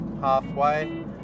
halfway